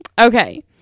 Okay